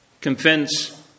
Convince